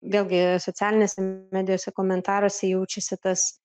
vėlgi socialinėse medijose komentaruose jaučiasi tas